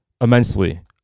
immensely